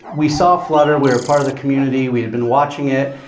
we saw flutter. we were part of the community. we had been watching it.